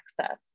access